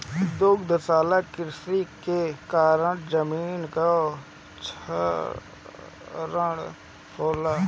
दुग्धशाला कृषि के कारण जमीन कअ क्षरण होला